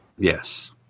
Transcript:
Yes